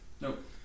Nope